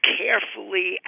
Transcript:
carefully